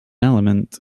element